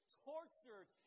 tortured